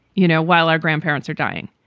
you know, while our grandparents are dying.